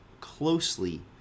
closely